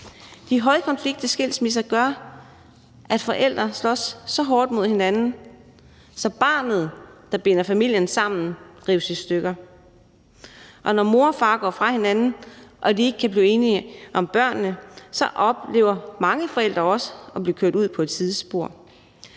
De højkonfliktfyldte skilsmisser gør, at forældre slås så hårdt mod hinanden, at barnet, der binder familien sammen, rives i stykker. Og når mor og far går fra hinanden og ikke kan blive enige om børnene, oplever mange forældre også at blive kørt ud på et sidespor.